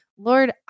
Lord